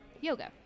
yoga